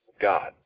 God